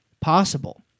possible